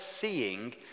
seeing